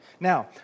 Now